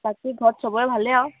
বাকী ঘৰত চবৰে ভালেই আৰু